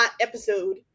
episode